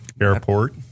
airport